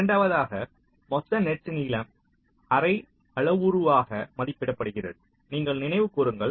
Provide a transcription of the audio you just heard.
இரண்டாவதாக மொத்த நெட் நீளம் அரை அளவுருவாக மதிப்பிடப்படுகிறது நீங்கள் நினைவுகூருங்கள்